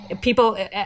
people